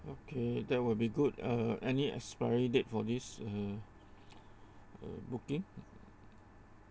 okay that will be good uh any expiry date for this uh uh booking